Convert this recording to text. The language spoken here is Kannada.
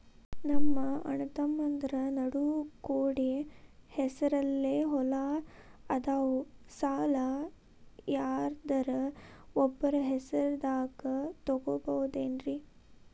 ನಮ್ಮಅಣ್ಣತಮ್ಮಂದ್ರ ನಡು ಕೂಡಿ ಹೆಸರಲೆ ಹೊಲಾ ಅದಾವು, ಸಾಲ ಯಾರ್ದರ ಒಬ್ಬರ ಹೆಸರದಾಗ ತಗೋಬೋದೇನ್ರಿ?